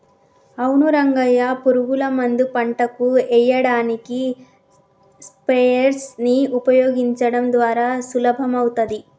అవును రంగయ్య పురుగుల మందు పంటకు ఎయ్యడానికి స్ప్రయెర్స్ నీ ఉపయోగించడం ద్వారా సులభమవుతాది